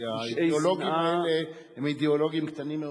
כי האידיאולוגים האלה הם אידיאולוגים קטנים מאוד.